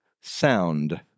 Sound